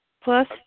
Plus